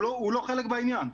הוא לא חלק מהעניין.